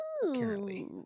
Currently